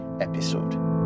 episode